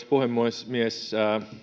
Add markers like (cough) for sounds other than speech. (unintelligible) puhemies